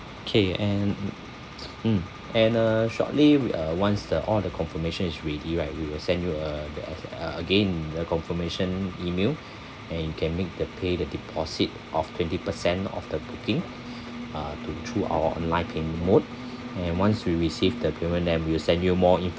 K and mm mm and uh shortly we uh once the all the confirmation is ready right we will send you uh the uh again the confirmation email and you can make the pay the deposit of twenty percent of the booking uh to through our online payment mode and once we received the payment then we will send you more